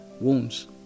wounds